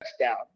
touchdown